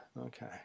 okay